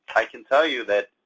i can tell you that,